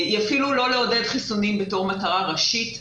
היא אפילו לא לעודד חיסונים בתור מטרה ראשית.